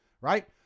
right